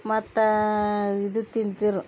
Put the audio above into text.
ಮತ್ತು ಇದು ತಿಂತೀರು